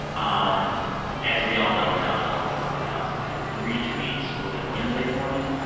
um as we all know now, donald trump announced in three tweets was it wednesday morning?